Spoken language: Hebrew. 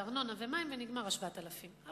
ארנונה ומים ונגמר ה-7,000 שקל,